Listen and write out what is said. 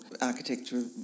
architecture